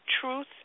truth